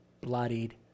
bloodied